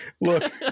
look